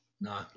no